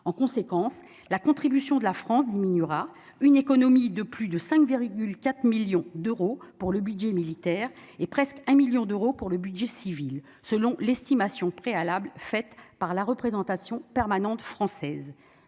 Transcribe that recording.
en conséquence la contribution de la France diminuera, une économie de plus de 5 virgule 4 millions d'euros pour le budget militaire est presque un 1000000 d'euros pour le budget civil selon l'estimation préalable faite par la représentation permanente française,